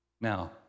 Now